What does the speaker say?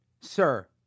sir